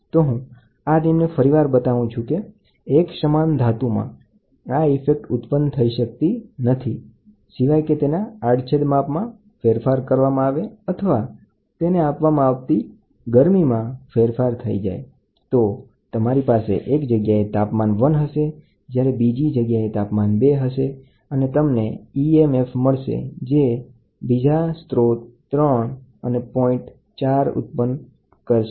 તો હું આ નિયમને ફરિવાર બતાવું છું કે એક સમાન પદાર્થની સર્કિટમાં થર્મોઇલેક્ટ્રિક કરંટ રોકાઈ શકતો નથી સિવાય કે તેના આડછેદ માપમાં ફેરફાર કરવામાં આવે એટલે કે જાડુ પાતળુ અથવા આપવામાં આવતી ગરમીમા ફેરફાર કરવામાં આવે તો તમારી પાસે એક જગ્યાએ તાપમાન 1 હશે જ્યારે બીજી જગ્યાએ તાપમાન 2 હશે અને તમને ઇએમએફમળશે જે બીજા સોર્સ ૩ અને ૪ ઉત્પન્ન કરશે